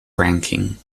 ranking